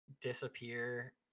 disappear